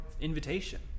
invitation